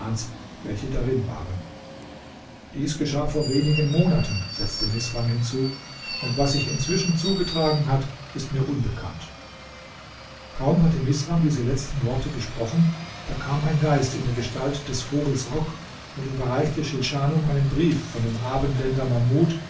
welche darin waren dies geschah vor wenigen monaten setzte misram hinzu und was sich inzwischen zugetragen hat ist mir unbekannt kaum hatte misram diese letzten worte gesprochen da kam ein geist in der gestalt des vogels rock und überreichte schilschanum einen brief von dem